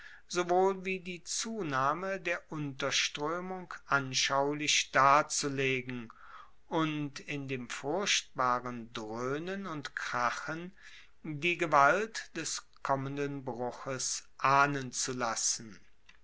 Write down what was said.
sowohl wie die zunahme der unterstroemung anschaulich darzulegen und in dem furchtbaren droehnen und krachen die gewalt des kommenden bruches ahnen zu lassen